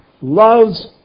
loves